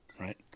right